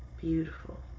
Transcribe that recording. Beautiful